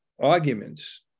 arguments